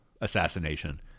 assassination